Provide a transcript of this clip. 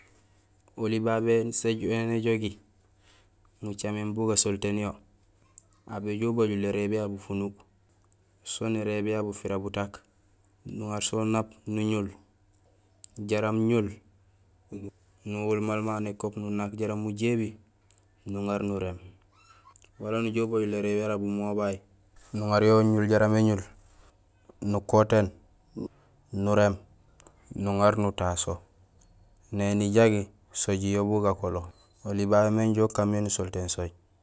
Oli babé sooj éni éjogi nucaméén bu gasontéén yo, aw béjoow ubajul érééb yara bufunuk, soon érééb yara bufira butak, nuŋar so unap nuñul jaraam ñul nuhul maal mamu nékop nunak jaraam mu jébi nuŋar nuréém wala nujoow ubajul érééb yara bumobay nuŋar yo uñul jaraam éñul nukotéén nurééém nuŋar nutaso néni jagi sooji yo bu gakolo oli babé mé inja ukaan mé nusontéén sooj.